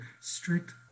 strict